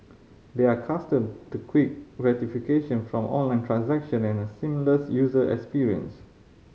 they are accustomed to quick gratification from online transaction and a seamless user experience